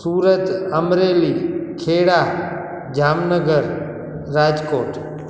Surat Amreli Kheda Jamnagar Rajkot